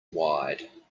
wide